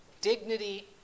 dignity